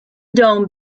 dome